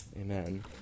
Amen